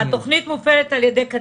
כשאנחנו מביאים נושאים לוועדת כספים,